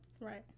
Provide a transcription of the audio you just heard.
Right